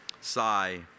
sigh